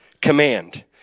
command